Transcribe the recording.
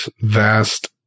vast